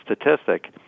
statistic